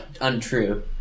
untrue